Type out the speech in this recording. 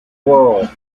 world